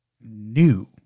New